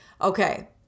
okay